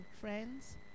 friends